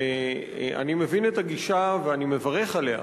אני מבין את הגישה, ואני מברך עליה,